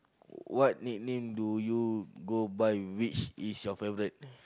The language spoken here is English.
what nickname do you go by which is your favourite